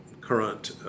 current